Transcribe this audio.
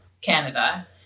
Canada